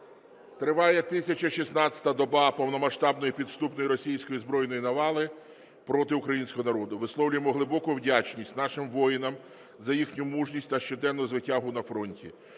триває 1016-а доба повномасштабної підступної російської збройної навали проти українського народу. Висловлюємо глибоку вдячність нашим воїнам за їхню мужність та щоденну звитягу на фронті.